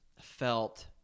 felt